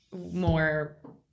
more